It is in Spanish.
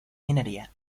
minería